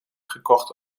gekocht